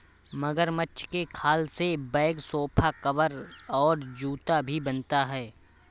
मगरमच्छ के खाल से बैग सोफा कवर और जूता भी बनता है